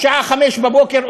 בשעה 05:00,